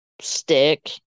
stick